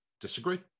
disagree